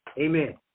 Amen